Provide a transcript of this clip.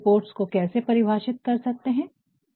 reports को कैसे परिभाषित कर सकते है